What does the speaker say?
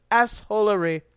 assholery